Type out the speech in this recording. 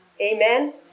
Amen